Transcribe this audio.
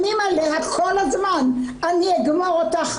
מאיימים עליה כל הזמן: אני אגמור אותך,